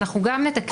אנחנו גם נתקן.